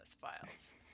files